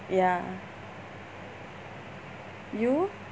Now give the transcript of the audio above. ya you